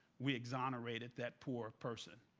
we exonerated that poor person.